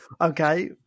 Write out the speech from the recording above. okay